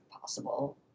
possible